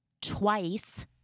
twice